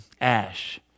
ash